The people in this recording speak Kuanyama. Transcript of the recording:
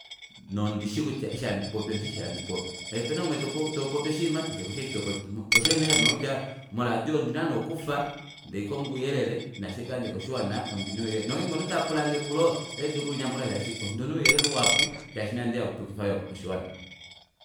Nondishi kutya eshi handi popi ondishi eshi handi popi shaashi opena omunhu umwe topopi oshiima ndee kushi eshi topopi shoo osho nee shafimana kutya moradio ondina nee okufa ndee tomono uyelele naashi handi kayandja koshiwana ondina ouyelele nongeenge omunhu tapulange epulo ohaidulu okulinyamukula shaashi ondina ouyelele uhapu shaashi inandihala okupukifa yoo oshiwana